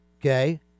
okay